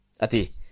Ati